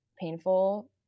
painful